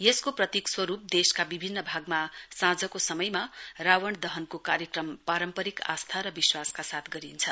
यसको प्रतीक स्वरुप देशका विभिन्न भागमा साँझको समयमा रावण दहनको कार्यक्रम पारम्परिक आसथा र विश्वासका साथ गरिन्छ